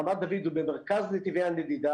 בארץ, רמת דוד הוא במרכז נתיבי הנדידה.